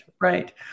right